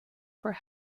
for